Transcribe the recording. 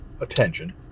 attention